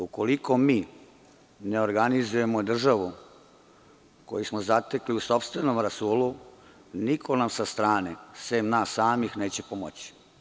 Ukoliko mi ne organizujemo državu koju smo zatekli u sopstvenom rasulu, niko nam sa strane, sem nas samih, neće pomoći.